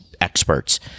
experts